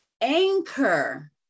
anchor